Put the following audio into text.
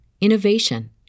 innovation